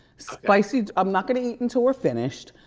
spicy, i'm not gonna eat and till we're finished,